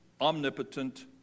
omnipotent